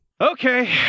Okay